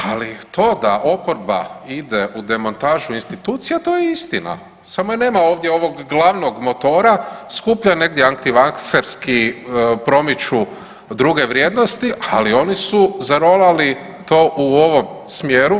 Ali to da oporba ide u demontažu institucija to je istina samo nema ovdje ovog glavnog motora, skuplja negdje anti vakserski promiču druge vrijednosti, ali oni su zarolali to u ovom smjeru.